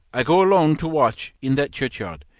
i go alone to watch in that churchyard.